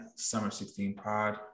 summer16pod